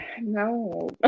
No